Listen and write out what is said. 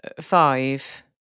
Five